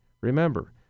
Remember